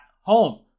home